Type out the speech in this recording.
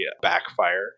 backfire